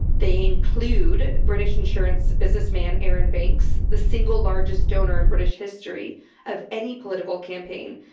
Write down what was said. they include british insurance business man arron banks, the single largest donor in british history of any political campaign.